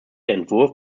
entwurf